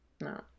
no